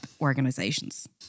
organizations